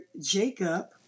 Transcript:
Jacob